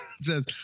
says